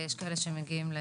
ויש כאלה שמגיעים ל